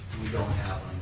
we don't have